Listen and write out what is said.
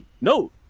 no